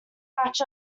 batch